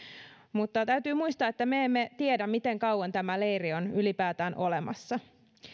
mutta täytyy muistaa että me emme tiedä miten kauan tämä leiri on ylipäätään olemassa